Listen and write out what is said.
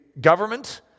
government